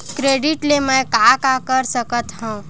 Credit ले मैं का का कर सकत हंव?